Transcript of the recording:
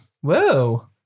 Whoa